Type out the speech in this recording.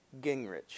Gingrich